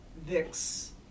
VIX